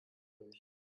durch